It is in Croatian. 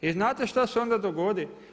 I znate što se onda dogodi?